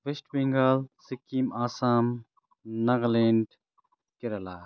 West Bengal Sikkim Assam Nagaland Kerala